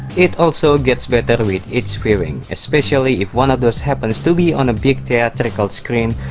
it also gets better with each viewing. especially if one of those happens to be on a big theatrical screen.